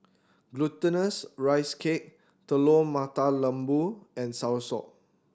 Glutinous Rice Cake Telur Mata Lembu and Soursop